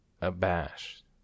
abashed